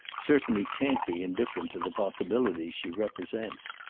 certainly can't be indifferent to the possibilities she represents.